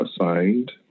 assigned